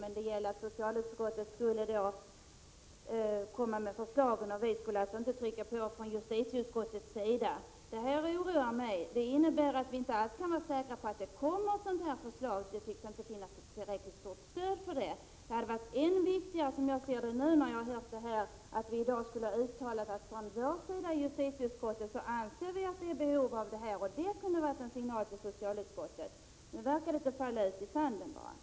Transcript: Men det gällde då att socialutskottet skulle komma med förslagen, och vi skulle inte trycka på från justitieutskottets sida. Det här oroar mig, eftersom det innebär att vi inte alls kan vara säkra på att det kommer ett sådant förslag, eftersom det inte tycks få ett tillräckligt stort stöd. Efter det som jag har hört anser jag att det hade varit än viktigare att vi i dag hade uttalat att vi från justitieutskottet anser att det finns ett behov av detta. Det kunde ha varit en signal till socialutskottet. Nu verkar det som om det hela bara rinner ut i sanden.